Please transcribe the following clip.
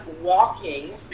walking